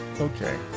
Okay